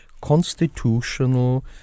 constitutional